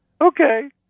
Okay